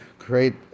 create